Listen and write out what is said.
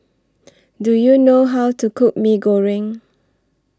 Do YOU know How to Cook Mee Goreng